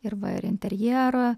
ir va ir interjero